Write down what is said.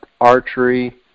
archery